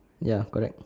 ya correct